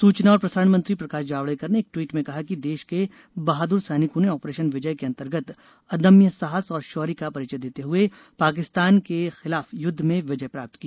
सूचना और प्रसारण मंत्री प्रकाश जावड़ेकर ने एक ट्वीट में कहा कि देश के बहादुर सैनिकों ने आपरेशन विजय के अंतर्गत अदम्य साहस और शौर्य का परिचय देते हुए पाकिस्तान के खिलाफ युद्ध में विजय प्राप्त की